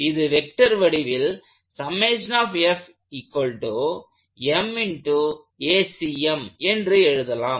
இது வெக்டர் வடிவில் என்று எழுதலாம்